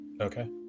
Okay